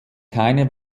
keine